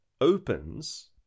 opens